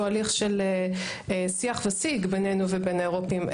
הליך של שיח ושיג בינינו ובין האירופאים.